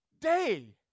day